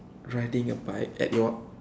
riding a bike at your